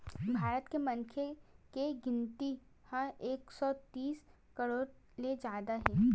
भारत म मनखे के गिनती ह एक सौ तीस करोड़ ले जादा हे